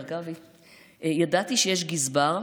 ידעתי שיש גזבר,